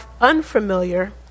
unfamiliar